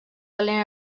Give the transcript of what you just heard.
talent